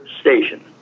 station